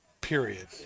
period